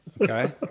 Okay